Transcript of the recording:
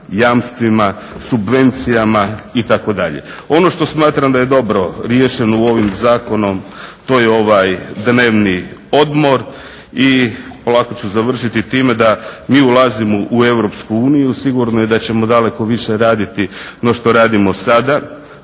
jamstvima, subvencijama itd.. Ono što smatram da je dobro riješeno ovim zakonom to je ovaj dnevni odmor. I polako ću završiti time da mi ulazimo u Europsku uniju. Sigurno je da ćemo daleko više raditi no što radimo sada.